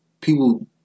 people